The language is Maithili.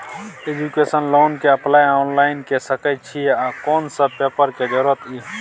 एजुकेशन लोन के अप्लाई ऑनलाइन के सके छिए आ कोन सब पेपर के जरूरत इ?